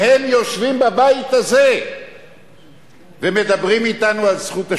והם יושבים בבית הזה ומדברים אתנו על זכות השיבה.